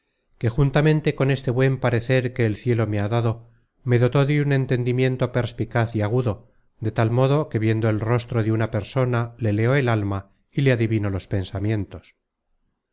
que juntamente con este buen parecer que iere y agudo de tal modo que viendo el rostro de una persona le leo el alma y le adivino los pensamientos